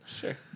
Sure